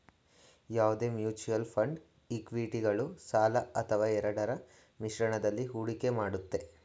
ಯಾವುದೇ mutual fund ಇಕ್ವಿಟಿಗಳು ಸಾಲ ಅಥವಾ ಎರಡರ ಮಿಶ್ರಣದಲ್ಲಿ ಹೂಡಿಕೆ ಮಾಡುತ್ತೆ